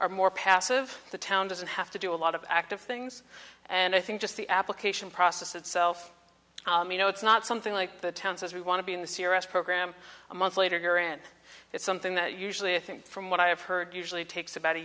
are more passive the town doesn't have to do a lot of active things and i think just the application process itself you know it's not something like the towns as we want to be in the serious program a month later and it's something that usually i think from what i have heard usually takes about a